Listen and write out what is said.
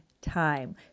time